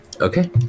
Okay